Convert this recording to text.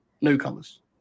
newcomers